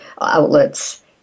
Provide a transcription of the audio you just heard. outlets